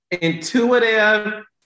intuitive